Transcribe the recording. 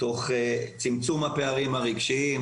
תוך צמצום הפערים הרגשיים,